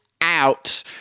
out